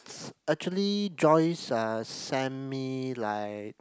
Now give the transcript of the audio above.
s~ actually Joyce uh sent me like